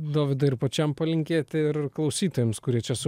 dovydai ir pačiam palinkėti ir klausytojams kurie čia su